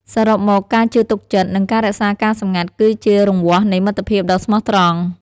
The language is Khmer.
សរុបមក ការជឿទុកចិត្ត និងការរក្សាការសម្ងាត់ គឺជារង្វាស់នៃមិត្តភាពដ៏ស្មោះត្រង់។